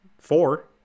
four